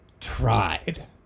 tried